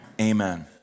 Amen